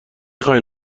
خواین